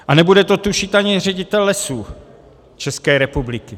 A nebude to tušit ani ředitel Lesů České republiky.